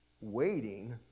waiting